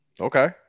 Okay